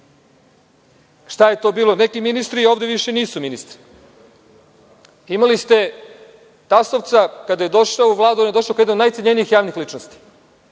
Šta je to bilo? Neki ministri ovde više nisu ministri. Imali ste Tasovca. Kada je došao u Vladu, on je došao kao jedna od najcenjenijih javnih ličnosti.